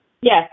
Yes